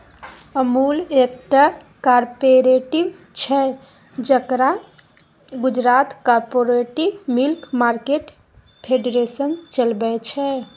अमुल एकटा कॉपरेटिव छै जकरा Gujarat cooperative milk market federation चलबै छै